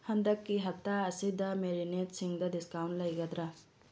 ꯍꯟꯗꯛꯀꯤ ꯍꯞꯇꯥ ꯑꯁꯤꯗ ꯃꯦꯔꯦꯅꯦꯠꯁꯤꯡꯗ ꯗꯤꯁꯀꯥꯎꯟ ꯂꯩꯒꯗ꯭ꯔꯥ